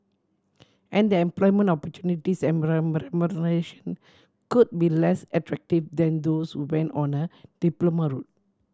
and the employment opportunities and could be less attractive than those who went on a diploma route